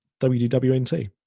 WDWNT